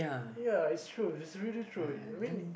ya it's true it's really true I mean